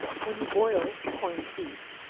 when you boil corned beef,